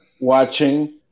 watching